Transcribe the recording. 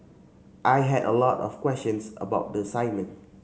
I had a lot of questions about the assignment